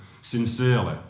Sincerely